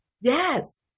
Yes